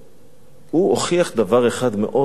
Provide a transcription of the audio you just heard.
הוא הוכיח דבר אחד מאוד חשוב: